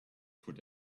could